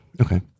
Okay